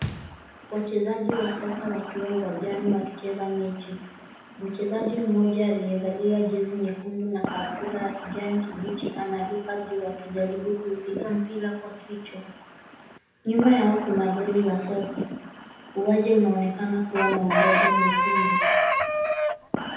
Wachezaji wa soka wakiwa uwanjani wakicheza mechi. Mchezaji mmoja aliyevalia jezi nyekundu na kaptura ya kijani kibichi anaruka juu akijaribu kupiga mpira kwa kichwa. Nyuma yao kuna goli la soka, uwanja unaonekana kuwa na udongo mwekundu.